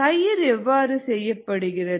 தயிர் எவ்வாறு செய்யப்படுகிறது